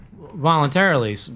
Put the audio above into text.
voluntarily